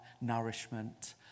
nourishment